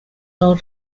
are